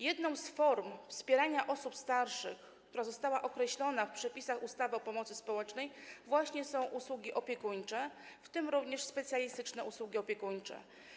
Jedną z form wspierania osób starszych, która została określona w przepisach ustawy o pomocy społecznej, są właśnie usługi opiekuńcze, w tym również specjalistyczne usługi opiekuńcze.